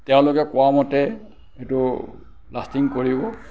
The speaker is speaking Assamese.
তেওঁলোকে কোৱামতে এইটো লাষ্টিং কৰিব